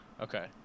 Okay